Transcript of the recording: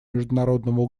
международного